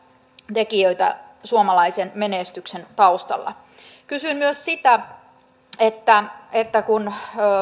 tekijöitä suomalaisen menestyksen taustalla kysyn myös sitä että että kun